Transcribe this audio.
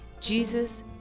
Jesus